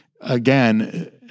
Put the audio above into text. again